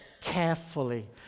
carefully